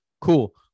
Cool